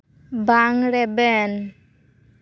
ᱵᱟᱝ ᱨᱮᱵᱮᱱ